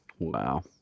Wow